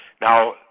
Now